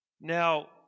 Now